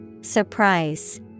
Surprise